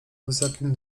wysokim